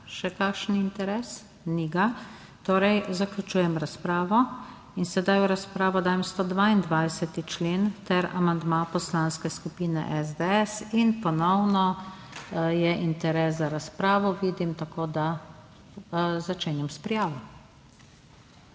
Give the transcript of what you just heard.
Še kakšen interes? Ni ga. Zaključujem razpravo. In sedaj v razpravo dajem 122. člen ter amandma Poslanske skupine SDS. In ponovno je interes za razpravo, vidim, tako da začenjam s prijavo.